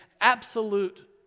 absolute